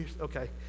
Okay